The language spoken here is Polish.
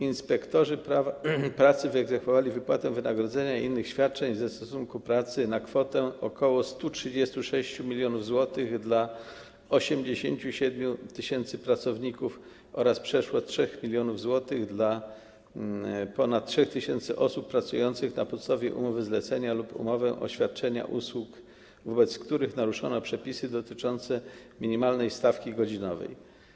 Inspektorzy pracy wyegzekwowali wypłatę wynagrodzenia i innych świadczeń ze stosunku pracy na kwotę ok. 136 mln zł dla 87 tys. pracowników oraz przeszło 3 mln zł dla ponad 3 tys. osób pracujących na podstawie umowy zlecenia lub umowy o świadczenie usług, wobec których naruszono przepisy dotyczące minimalnej stawki godzinowej.